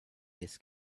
this